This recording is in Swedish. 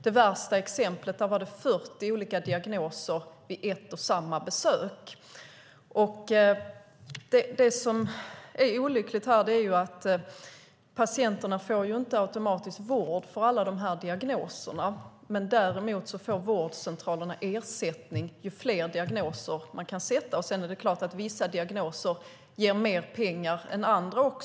Det värsta exemplet var 40 olika diagnoser vid ett och samma besök. Det som är olyckligt är att patienterna inte automatiskt får vård för alla de här diagnoserna. Däremot får vårdcentralerna ersättning ju fler diagnoser de kan sätta. Sedan är det klart att vissa diagnoser ger mer pengar än andra.